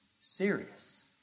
serious